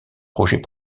projet